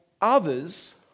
others